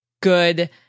good